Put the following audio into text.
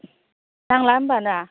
नांला होमबा ना